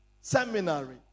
seminary